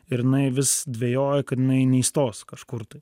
ir jinai vis dvejoja kad jinai neįstos kažkur tai